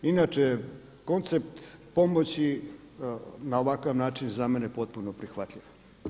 Inače koncept pomoći na ovakav način za mene je potpuno prihvatljiv.